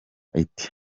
iti